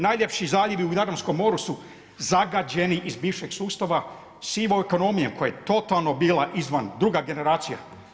Najljepši zaljevi u Jadranskom moru su zagađeni iz bivšeg sustava sivom ekonomijom koja je totalno bila izvan, druga generacija.